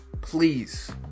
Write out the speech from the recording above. Please